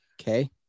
Okay